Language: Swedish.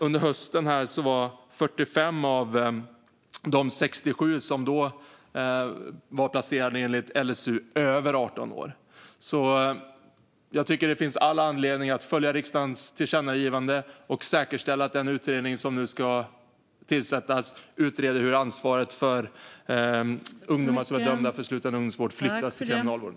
Under hösten var 45 av de 67 som då var placerade enligt LSU över 18 år. Jag tycker att det finns all anledning att följa riksdagens tillkännagivande och säkerställa att den utredning som nu ska tillsättas utreder hur ansvaret för ungdomar som är dömda till sluten ungdomsvård kan flyttas till Kriminalvården.